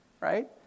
right